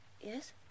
Yes